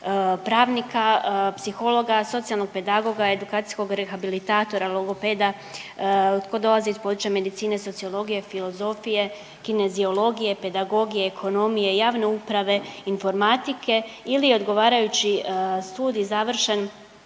pravnika, psihologa, socijalnog pedagoga, edukacijskog rehabilitatora, logopeda, tko dolazi iz područja medicine, sociologije, filozofije, kineziologije, pedagogije, ekonomije, javne uprave, informatike ili odgovarajući studij završen